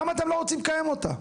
למה אתם לא רוצים לקיים אותה?